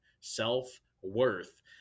Self-worth